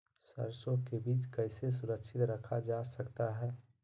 सरसो के बीज कैसे सुरक्षित रखा जा सकता है?